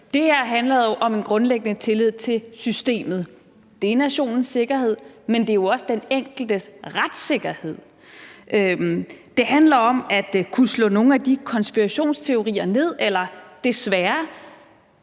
Det her handler jo om en grundlæggende tillid til systemet. Det handler om nationens sikkerhed, men det jo også om den enkeltes retssikkerhed. Det handler om at kunne slå nogle af de konspirationsteorier ned – eller desværre